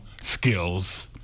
skills